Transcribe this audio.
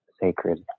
sacred